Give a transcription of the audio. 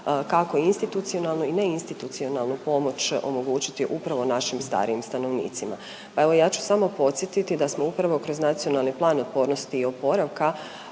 kako institucionalno, i neinstitucionalnu pomoć omogućiti upravo našim starijim stanovnicima. Pa evo, ja ću samo podsjetiti da smo upravo kroz Nacionalni plan otpornosti i oporavka